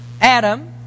Adam